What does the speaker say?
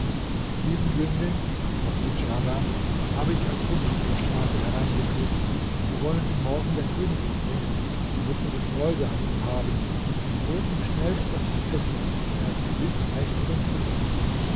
diesen jüngling antwortete djarda habe ich als hund von der straße hereingeführt wir wollen ihn morgen der königin bringen die wird ihre freude an ihm haben doch holt ihm schnell etwas zu essen denn er ist gewiß recht hungrig